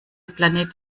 planet